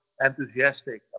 enthusiastic